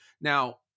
Now